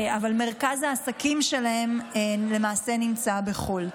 אבל למעשה מרכז העסקים שלהם נמצא בחו"ל.